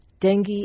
Dengue